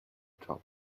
top